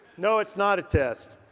no it's not a test.